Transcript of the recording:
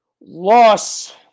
loss